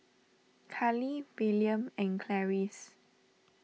Khalil Willam and Clarice